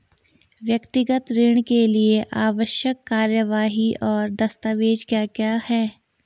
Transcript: व्यक्तिगत ऋण के लिए आवश्यक कार्यवाही और दस्तावेज़ क्या क्या हैं?